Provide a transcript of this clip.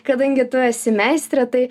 kadangi tu esi meistrė tai